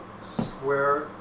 square